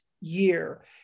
year